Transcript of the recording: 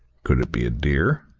could it be a deer?